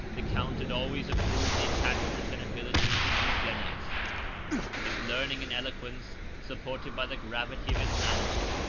the count had always approved the attachment and abilities of eugenius his learning and eloquence, supported by the gravity of his manners,